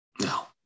No